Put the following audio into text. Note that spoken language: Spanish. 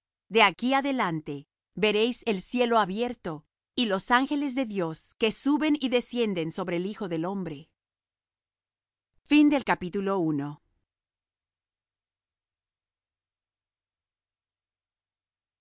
de aquí adelante veréis el cielo abierto y los ángeles de dios que suben y descienden sobre el hijo del hombre y